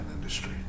industry